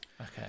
okay